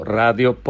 radio